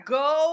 go